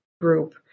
group